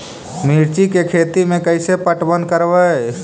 मिर्ची के खेति में कैसे पटवन करवय?